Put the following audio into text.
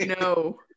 No